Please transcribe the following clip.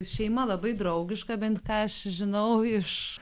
šeima labai draugiška bent ką aš žinau iš